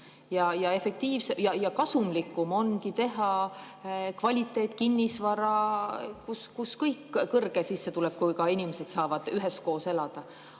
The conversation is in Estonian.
ja kasumlikum ongi teha kvaliteetkinnisvara, kus kõik kõrge sissetulekuga inimesed saavad üheskoos elada.